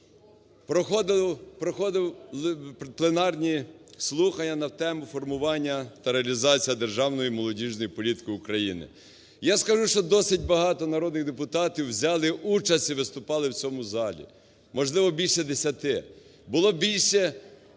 проходили пленарні слухання на тему: "Формування та реалізація державної молодіжної політики України". Я скажу, що досить багато народних депутатів взяли участь і виступали в цьому залі, можливо, більше десяти. Було більше,